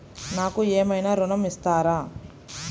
నాకు ఏమైనా ఋణం ఇస్తారా?